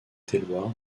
tailloirs